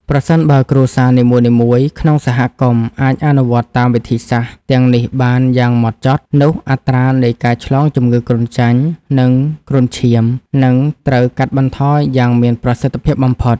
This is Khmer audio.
ប្រសិនបើគ្រួសារនីមួយៗក្នុងសហគមន៍អាចអនុវត្តតាមវិធីសាស្ត្រទាំងនេះបានយ៉ាងម៉ត់ចត់ នោះអត្រានៃការឆ្លងជំងឺគ្រុនចាញ់ និងគ្រុនឈាមនឹងត្រូវកាត់បន្ថយយ៉ាងមានប្រសិទ្ធភាពបំផុត។